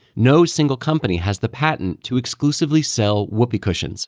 no single company has the patent to exclusively sell whoopee cushions